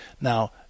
Now